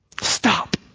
Stop